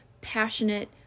passionate